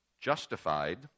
justified